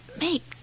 make